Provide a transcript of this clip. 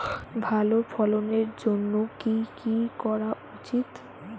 ভালো ফলনের জন্য কি কি করা উচিৎ?